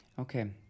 Okay